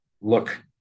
look